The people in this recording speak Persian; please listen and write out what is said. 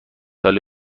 عالی